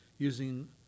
using